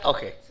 Okay